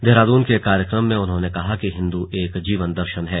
देहरादून में एक कार्यक्रम में उन्होंने कहा कि हिन्दू एक जीवन दर्शन है